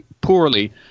poorly